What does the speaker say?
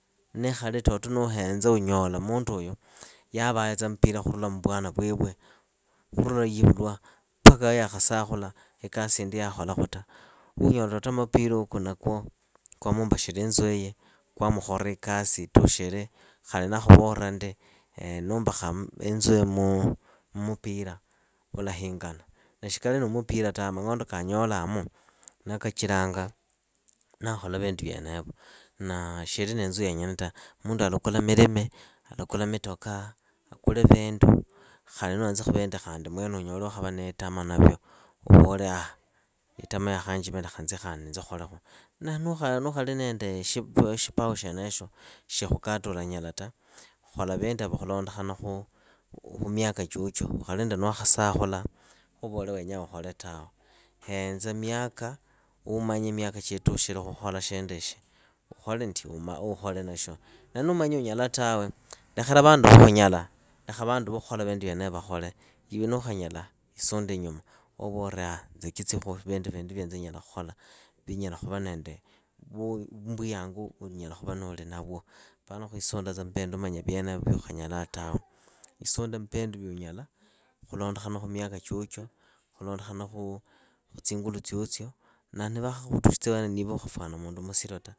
Niikhali toto nuuhenza unyola munduuyu. yavayatsa mpira khurula mu lwana lwelwe. khurula yiivulwa, paka lwa yaakhasakhuka ikasi yindi yakholakhu ta. Unyola toto mupirauku nakwo kwamuumbakhira inzuiyi, kwamukhora ikasi itushire, khali nakhuvora ndi ndumbakha inzuiyi mmupira ulahingana. Na shikari ni mupira tawe, mang'ondo kaanyolaamu neekachiranga naakhola vindu vyenevo. Naa shiri ni inzu yonyene ta, munduuyu alakula milimi. alakula mitoka. akule vindu, khali nuuhenzakhu vindi khandi mwene unyole waakhava niitama navyo, uvole aah itama yaakhanjimira lekha nzi khaliinze kholekhu. Na nuukhali nende shipawa shyenesho. shiikhulata ulanyala ta. khola vinduevo khulondokhana khu miaka chyochyo. Ukhalinda niwaakhasakhula khuuvole weenyaa ukhole tawe. Henza miaka, uumanye miaka chitushire khukhola shinduishi ukhole ndi ukhole nashyo. Na nuumanyi unyala tawe. lekhela vandu va khunyala lekhela vandu va khunyala. iwe nuukhanyala isundeinyuma uvavoree aah nzekitsikhu vindu vindi viinze nyalakhola. vinyala khuva nende mmbuyangu unyala khuva nuuli navyo. apana khuisundatsa mmbindu manya vyenevo vyukhanyala tawe, isunde mmbindu vyuunyala, khulondokhana khu myaka chyochyo, khulondokhana khu tsingulu tsiotsio, na nivakhakhutukhitsa iweneyo niiwe ukhafuana mundu musilo ta.